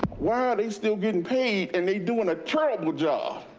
why are they still getting paid, and they doing a terrible job!